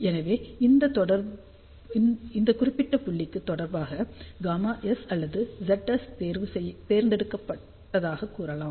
எனவே இந்த குறிப்பிட்ட புள்ளிக்கு தொடர்பாக Γs அல்லது Zs தேர்ந்தெடுக்கப்பட்டதாக கூறலாம்